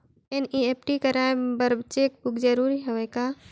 NEFT कराय बर cheque book जरूरी हवय का?